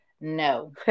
no